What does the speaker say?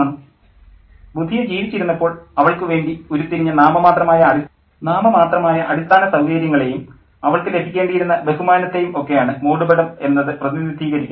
ആര്യ ബുധിയ ജീവിച്ചിരുന്നപ്പോൾ അവൾക്ക് വേണ്ടി ഉരുത്തിരിഞ്ഞ നാമമാത്രമായ അടിസ്ഥാന സൌകര്യങ്ങളേയും അവൾക്ക് ലഭിക്കേണ്ടിയിരുന്ന ബഹുമാനത്തെയും ഒക്കെയാണ് മൂടുപടം എന്നത് പ്രതിനിധീകരിക്കുന്നത്